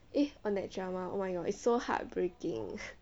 eh oh that drama oh my god it's so heartbreaking